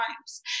times